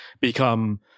become